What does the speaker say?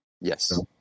Yes